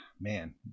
man